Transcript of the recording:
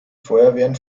feuerwehren